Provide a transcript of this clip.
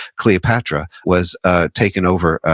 cleopatra, was ah taken over,